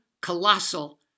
colossal